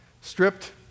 Stripped